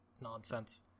nonsense